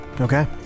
Okay